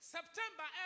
September